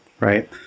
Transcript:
Right